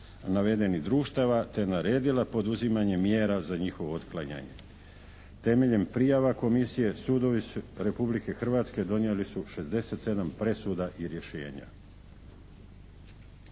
navedenih društava te naredila poduzimanje mjera za njihovo otklanjanje. Temeljem prijava komisije sudovi Republike Hrvatske donijeli su šezdeset i sedam